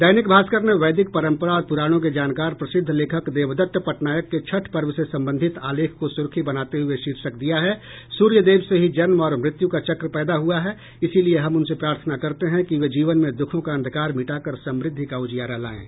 दैनिक भास्कर ने वैदिक परंपरा और पुराणों के जानकर प्रसिद्ध लेखक देवदत्त पटनायक के छठ पर्व से संबंधित आलेख को सुर्खी बनाते हुये शीर्षक दिया है सूर्य देव से ही जन्म और मृत्यु का चक पैदा हुआ है इसीलिए हम उनसे प्रार्थना करते हैं कि वे जीवन में दुखों का अंधकार मिटाकर समृद्धि का उजियारा लायें